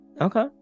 okay